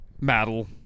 Metal